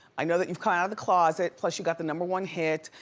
i know that you've come out of the closet, plus you got the number one hit,